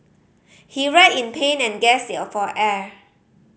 he writhed in pain and for air